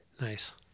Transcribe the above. nice